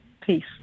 peace